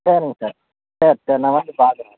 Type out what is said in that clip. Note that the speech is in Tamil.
சரிங்க சார் சரி சரி நான் வந்து பார்க்குறேன் இருங்கள்